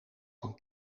van